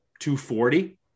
240